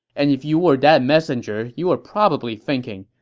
and if you were that messenger, you were probably thinking,